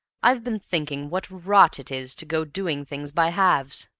i've been thinking what rot it is to go doing things by halves!